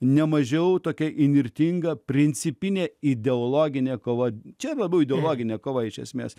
nemažiau tokia įnirtinga principinė ideologinė kova čia labiau ideologinė kova iš esmės